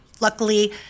Luckily